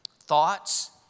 Thoughts